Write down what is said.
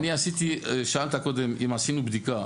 אדוני, שאלת קודם אם עשינו בדיקה.